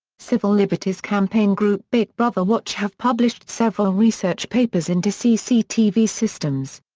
civil liberties campaign group big brother watch have published several research papers into cctv systems.